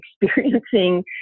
experiencing